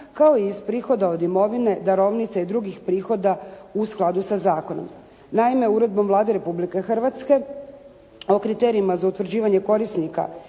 kao i iz prihoda od imovine, darovnica i drugih prihoda u skladu sa zakonom. Naime, Uredbom Vlade Republike Hrvatske o kriterijima za utvrđivanje korisnika